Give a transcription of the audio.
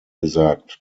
gesagt